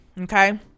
Okay